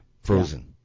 Frozen